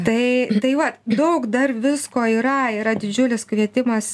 tai tai va daug dar visko yra yra didžiulis kvietimas semti gal net nuosavus